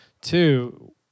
two